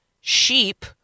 sheep